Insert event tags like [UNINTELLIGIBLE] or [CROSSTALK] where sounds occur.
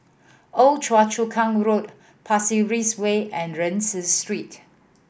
Old [UNINTELLIGIBLE] Chu Kang Road Pasir Ris Way and Rienzi Street